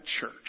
church